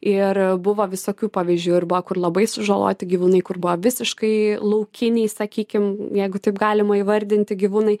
ir buvo visokių pavyzdžių ir buvo kur labai sužaloti gyvūnai kur buvo visiškai laukiniai sakykim jeigu taip galima įvardinti gyvūnai